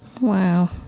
Wow